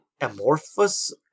amorphous